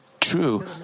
true